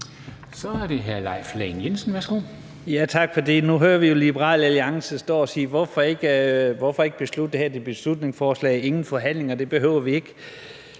Kl. 12:53 Leif Lahn Jensen (S): Tak for det. Nu hører vi jo Liberal Alliance stå og sige: Hvorfor ikke vedtage det her beslutningsforslag, for forhandlinger behøver vi ikke